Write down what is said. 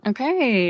Okay